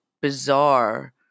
bizarre